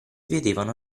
vedevano